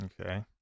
Okay